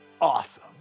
awesome